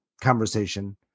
conversation